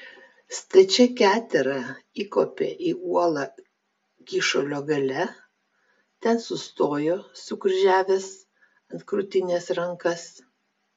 stačia ketera įkopė į uolą kyšulio gale ten sustojo sukryžiavęs ant krūtinės rankas